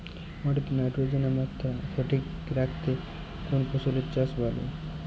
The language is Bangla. মাটিতে নাইট্রোজেনের মাত্রা সঠিক রাখতে কোন ফসলের চাষ করা ভালো?